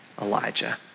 Elijah